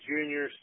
junior